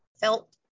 felt